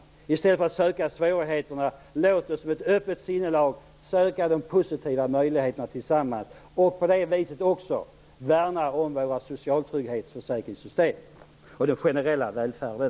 Låt oss, i stället för att söka svårigheterna, med ett öppet sinnelag tillsammans söka de positiva möjligheterna, och på det viset också värna om våra socialtrygghetsförsäkringssystem och om den generella välfärden.